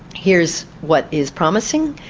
here's what is promising,